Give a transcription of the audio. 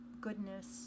goodness